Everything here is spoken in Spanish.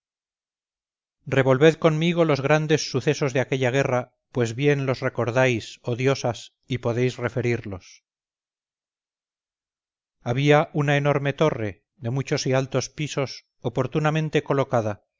revolved conmigo los grandes sucesos de aquella guerra pues bien los recordáis oh diosas y podéis referirlos había una enorme torre de muchos y altos pisos oportunamente colocada